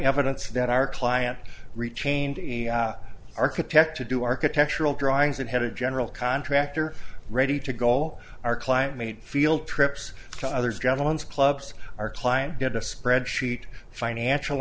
evidence that our client retained architect to do architectural drawings and had a general contractor ready to go all our client made field trips to other gentlemen's clubs our client did a spreadsheet financial